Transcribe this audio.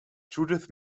judith